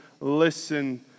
listen